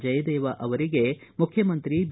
ಜಯದೇವ ಅವರಿಗೆ ಮುಖ್ಯಮಂತ್ರಿ ಬಿ